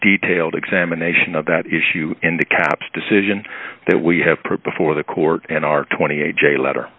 detailed examination of that issue in the capps decision that we have proved before the court and our twenty a j letter